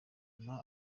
mpa